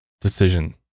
decision